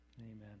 amen